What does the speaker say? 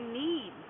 need